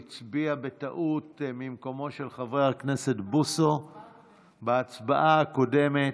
הצביע בטעות ממקומו של חבר הכנסת בוסו בהצבעה הקודמת.